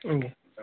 ଆଜ୍ଞା